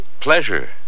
pleasure